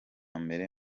mbere